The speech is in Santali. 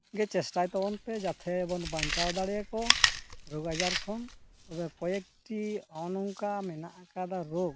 ᱜᱮ ᱪᱮᱥᱴᱟᱭ ᱛᱟᱵᱚᱱ ᱯᱮ ᱡᱟᱛᱮ ᱵᱚᱱ ᱵᱟᱧᱪᱟᱣ ᱫᱟᱲᱮᱭᱟᱠᱚ ᱨᱳᱜᱽ ᱟᱡᱟᱨ ᱠᱷᱚᱱ ᱛᱚᱵᱮ ᱠᱚᱭᱮᱠᱴᱤ ᱱᱚᱜᱼᱚ ᱱᱚᱝᱠᱟ ᱢᱮᱱᱟᱜ ᱟᱠᱟᱫᱟ ᱨᱳᱜᱽ